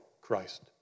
Christ